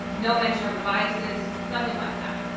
no mention of the biases, nothing like that.